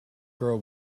girl